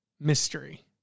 mystery